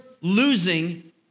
losing